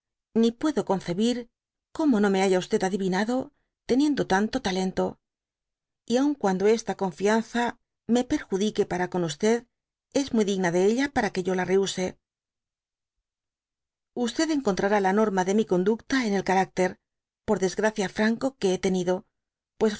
ni puedo concebir como no me haya adivinado teniendo tanto tay lento y aun cuando esta confianza me perjuj dique para con es muy digna de ella para que yo se la rehuse encontrará la norma de mi conducta en el carácter por desgracia franco que hé tenido pues